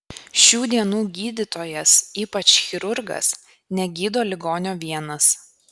šių dienų gydytojas ypač chirurgas negydo ligonio vienas